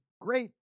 great